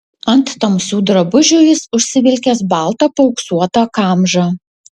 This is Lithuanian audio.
ant tamsių drabužių jis užsivilkęs baltą paauksuotą kamžą